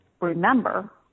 remember